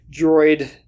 droid